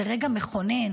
זה רגע מכונן,